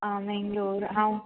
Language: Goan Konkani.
हांव मेंगलोर हांव